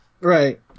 Right